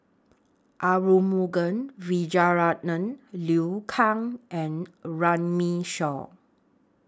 Arumugam Vijiaratnam Liu Kang and Runme Shaw